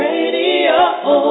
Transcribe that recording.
Radio